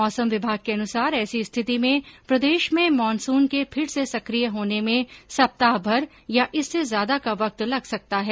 मौसम विभाग के अनुसार ऐसी स्थिति में प्रदेश में मानसून के फिर से सक्रिय होने में सप्ताह भर या इससे ज्यादा का वक्त लग सकता है